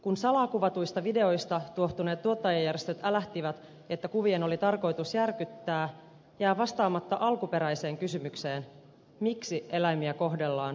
kun salaa kuvatuista videoista tuohtuneet tuottajajärjestöt älähtivät että kuvien oli tarkoitus järkyttää jää vastaamatta alkuperäiseen kysymykseen miksi eläimiä kohdellaan niin huonosti